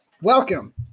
Welcome